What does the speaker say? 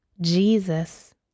Jesus